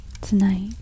Tonight